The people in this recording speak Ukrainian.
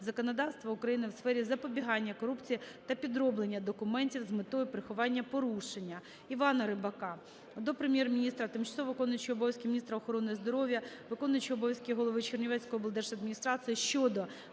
законодавства України у сфері запобігання корупції та підроблення документів з метою приховання порушення.